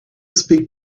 speak